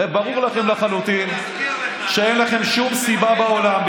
הרי ברור לכם לחלוטין שאין לכם שום סיבה בעולם,